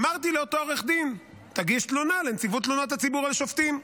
אמרתי לאותו עורך דין: תגיש תלונה לנציבות תלונות הציבור על שופטים.